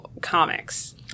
comics